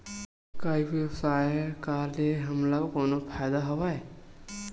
का ई व्यवसाय का ले हमला कोनो फ़ायदा हवय?